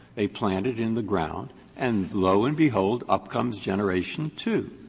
they plant it in the ground and, lo and, behold, up comes generation two.